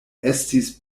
estis